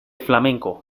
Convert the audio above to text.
flamenco